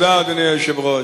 תודה, אדוני היושב-ראש.